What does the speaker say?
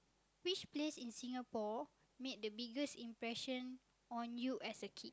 which place in Singapore made the biggest impression on you as a kid